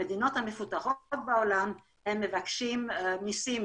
המדינות המפותחות בעולם מבקשות מיסים